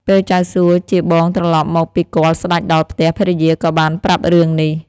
ពេលចៅសួជាបងត្រឡប់មកពីគាល់ស្ដេចដល់ផ្ទះ ភរិយាក៏បានប្រាប់រឿងនេះ។